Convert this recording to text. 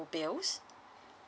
bills